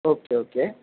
okay okay